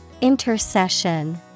Intercession